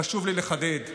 חשוב לי שוב לחדד: